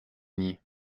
nie